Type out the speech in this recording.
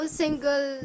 single